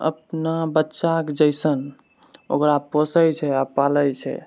अपना बच्चाके जैसन ओकरा पोषै छै आओर पालै छै